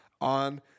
on